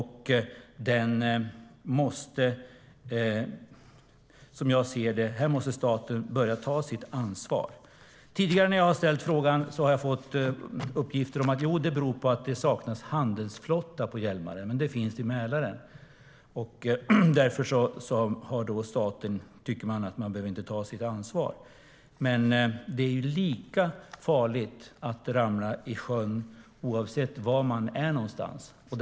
Här måste staten börja ta sitt ansvar. När jag har ställt min fråga vid tidigare tillfällen har jag fått uppgifter om att det saknas en handelsflotta på Hjälmaren men att det finns en sådan i Mälaren. Därför tycker staten att man inte behöver ta sitt ansvar. Men det är lika farligt att ramla i sjön oavsett var man befinner sig.